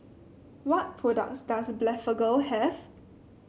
what products does Blephagel have